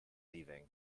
leaving